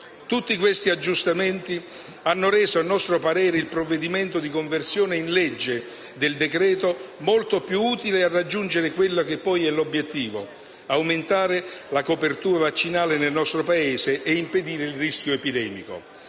Tutti questi aggiustamenti hanno reso - a nostro parere - il provvedimento di conversione in legge del decreto-legge molto più utile a raggiungere quello che poi è l'obiettivo: aumentare la copertura vaccinale nel nostro Paese e impedire il rischio epidemico.